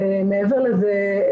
מעבר לזה,